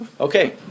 Okay